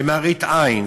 למראית עין.